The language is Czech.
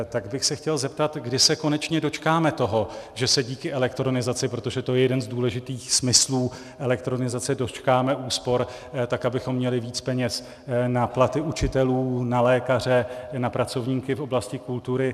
Chtěl bych se zeptat, kdy se konečně dočkáme toho, že se díky elektronizaci, protože to je jeden z důležitých smyslů elektronizace, dočkáme úspor, abychom měli víc peněz na platy učitelů, na lékaře, na pracovníky v oblasti kultury.